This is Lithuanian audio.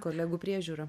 kolegų priežiūra